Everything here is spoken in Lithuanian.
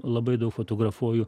labai daug fotografuoju